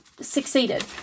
succeeded